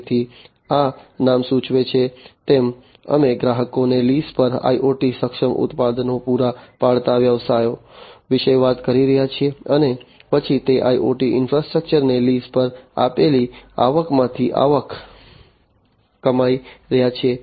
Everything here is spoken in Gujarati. તેથી આ નામ સૂચવે છે તેમ અમે ગ્રાહકોને લીઝ પર IoT સક્ષમ ઉત્પાદનો પૂરા પાડતા વ્યવસાયો વિશે વાત કરી રહ્યા છીએ અને પછી તે IoT ઈન્ફ્રાસ્ટ્રક્ચરને લીઝ પર આપેલી આવકમાંથી આવક કમાઈ રહ્યા છીએ